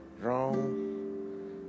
wrong